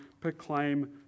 proclaim